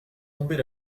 tomber